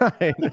right